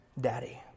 daddy